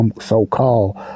so-called